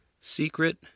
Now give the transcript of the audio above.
secret